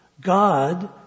God